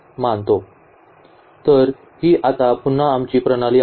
तर ही आता पुन्हा आमची प्रणाली आहे